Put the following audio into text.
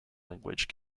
language